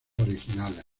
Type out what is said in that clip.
originales